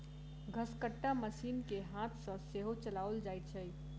घसकट्टा मशीन के हाथ सॅ सेहो चलाओल जाइत छै